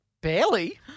Barely